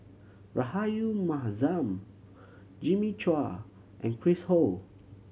Rahayu Mahzam Jimmy Chua and Chris Ho